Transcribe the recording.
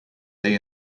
they